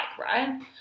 Right